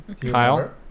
Kyle